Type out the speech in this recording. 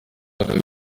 aka